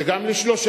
זה גם לשלושה,